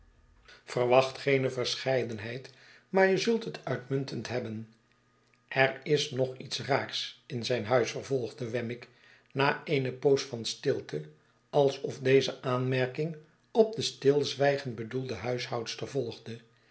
wacht geene verscheidenheid maar je zult het uitmuntend hebben er is nog iets raars in zijn huis vervolgde wemmick na eene poos van stilte alsof deze aanmerking op de stilzwijgend bedoelde huishoudster volgde